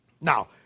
Now